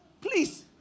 Please